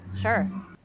Sure